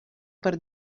per